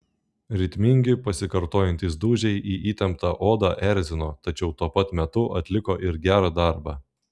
ritmingi pasikartojantys dūžiai į įtemptą odą erzino tačiau tuo pat metu atliko ir gerą darbą